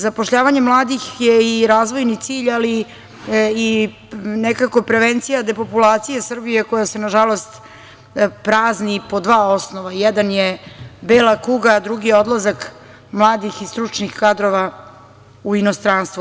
Zapošljavanje mladih je i razvojni cilj, ali i nekako prevencija depopulacije Srbije, koja se, nažalost, prazni po dva osnova, jedan je bela kuga, a drugi je odlazak mladih i stručnih kadrova u inostranstvo.